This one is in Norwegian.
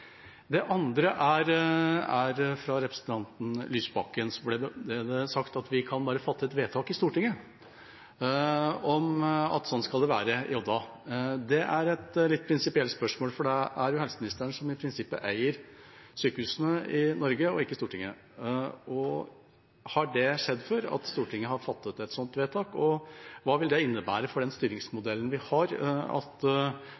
Det andre er: Fra representanten Lysbakken ble det sagt at vi bare kan få til et vedtak i Stortinget om at slik skal det være i Odda. Det er et prinsipielt spørsmål for det er jo helseministeren, og ikke Stortinget, som i prinsippet eier sykehusene i Norge. Har det skjedd før at Stortinget har fattet et slikt vedtak, og hva ville det innebære for den styringsmodellen vi har, at